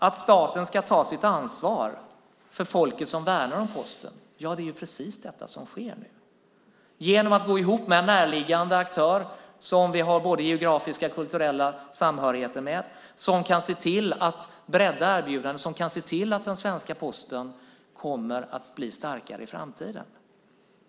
Att staten ska ta sitt ansvar för folket som värnar om Posten är precis det som sker nu. Genom att gå ihop med en närliggande aktör, som vi har både geografisk och kulturell samhörighet med, kan vi se till att erbjudandena kan breddas och att den svenska Posten kommer att bli starkare i framtiden.